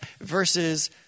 versus